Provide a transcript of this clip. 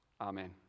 Amen